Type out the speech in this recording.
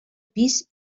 pis